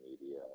media